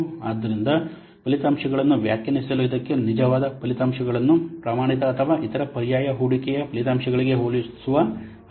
ಆದ್ದರಿಂದ ಫಲಿತಾಂಶಗಳನ್ನು ವ್ಯಾಖ್ಯಾನಿಸಲು ಇದಕ್ಕೆ ನಿಜವಾದ ಫಲಿತಾಂಶಗಳನ್ನು ಪ್ರಮಾಣಿತ ಅಥವಾ ಇತರ ಪರ್ಯಾಯ ಹೂಡಿಕೆಯ ಫಲಿತಾಂಶಗಳಿಗೆ ಹೋಲಿಸುವ ಅಗತ್ಯವಿದೆ